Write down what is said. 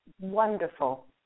wonderful